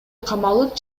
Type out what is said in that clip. камалып